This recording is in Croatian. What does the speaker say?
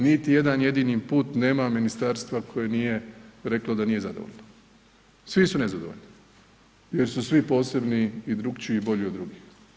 Niti jedan jedini put nema ministarstva koje nije reklo da nije zadovoljno, svi su nezadovoljni jer su svi posebni i drukčiji i bolji od drugih.